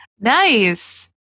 Nice